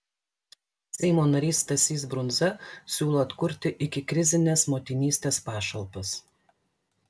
seimo narys stasys brundza siūlo atkurti ikikrizines motinystės pašalpas